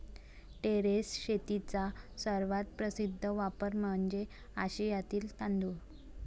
terrace शेतीचा सर्वात प्रसिद्ध वापर म्हणजे आशियातील तांदूळ